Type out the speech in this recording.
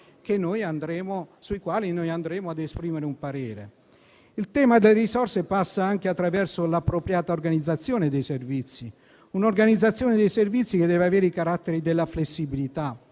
sui quali noi andremo ad esprimere un parere. Il tema delle risorse passa anche attraverso l'appropriata organizzazione dei servizi; un'organizzazione dei servizi che deve avere i caratteri della flessibilità,